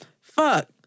fuck